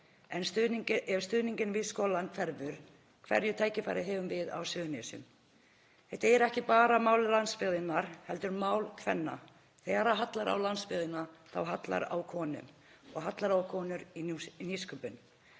Ef stuðningur við skólann hverfur, hvaða tækifæri höfum við á Suðurnesjum? Þetta er ekki bara mál landsbyggðarinnar heldur mál kvenna. Þegar hallar á landsbyggðina þá hallar á konur og hallar á konur í nýsköpun.